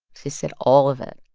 she said, all of it.